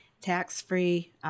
tax-free